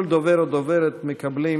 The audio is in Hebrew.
כל דובר או דוברת מקבלים